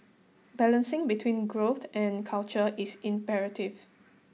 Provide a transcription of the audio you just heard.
balancing between growth and culture is imperative